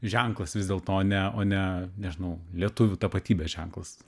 ženklas vis dėlto ne o ne nežinau lietuvių tapatybės ženklas